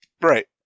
Right